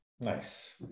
Nice